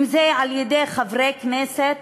אם על-ידי חברי כנסת